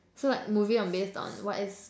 so like movie on based on what is